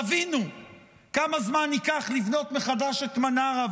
תבינו כמה זמן ייקח לבנות מחדש את מנרה,